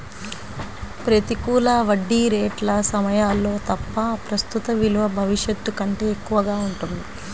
ప్రతికూల వడ్డీ రేట్ల సమయాల్లో తప్ప, ప్రస్తుత విలువ భవిష్యత్తు కంటే ఎక్కువగా ఉంటుంది